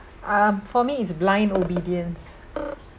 uh for me it's blind obedience